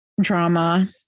drama